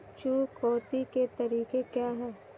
चुकौती के तरीके क्या हैं?